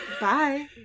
Bye